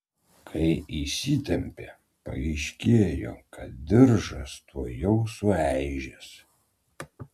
kai įsitempė paaiškėjo kad diržas tuojau sueižės